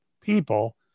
people